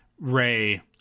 ray